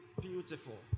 beautiful